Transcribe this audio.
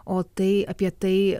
o tai apie tai